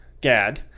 gad